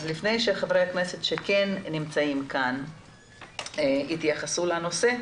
אז לפני שחברי הכנסת שכן נמצאים כאן יתייחסו לנושא,